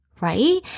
right